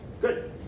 Good